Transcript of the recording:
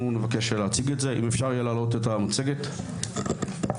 נבקש להציג את זה במצגת שלפניכם.